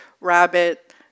rabbit